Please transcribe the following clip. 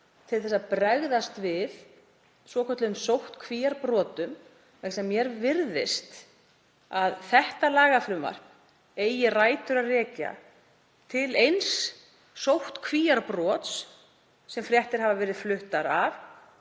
þess að bregðast við svokölluðum sóttkvíarbrotum. Mér virðist að þetta lagafrumvarp eigi rætur að rekja til eins sóttkvíarbrots sem fréttir hafa verið fluttar af,